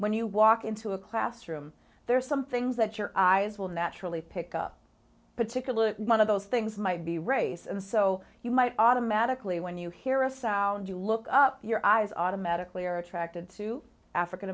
when you walk into a classroom there are some things that your eyes will naturally pick up particularly one of those things might be race and so you might automatically when you hear a sound you look up your eyes automatically are attracted to african